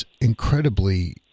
incredibly